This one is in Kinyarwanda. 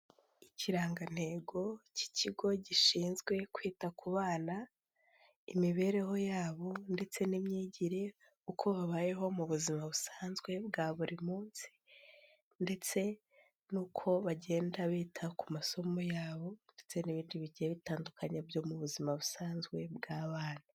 Ikirangantego cy'ikigo gishinzwe kwita ku bana imibereho yabo ndetse n'imyigire uko babayeho mu buzima busanzwe bwa buri munsi, ndetse nuko bagenda bita ku masomo yabo ndetse n'ibindi bigiye bitandukanye byo mu buzima busanzwe bw'abana.